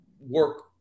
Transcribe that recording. work